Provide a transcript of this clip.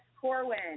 Corwin